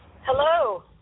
Hello